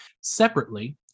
Separately